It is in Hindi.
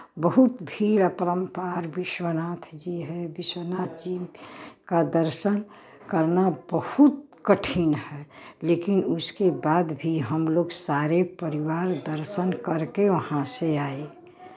बहुत भीड़ अपरम्पार विश्वनाथ जी है विश्वनाथ जी का दर्शन करना बहुत कठिन है लेकिन उसके बाद भी हम लोग सारे परिवार दर्शन करके वहाँ से आए